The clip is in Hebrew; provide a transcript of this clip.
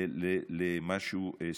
למשהו ספציפי.